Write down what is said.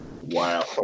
wow